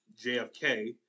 JFK